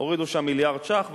הורידו שם מיליארד שקלים,